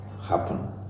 happen